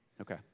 Okay